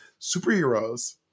superheroes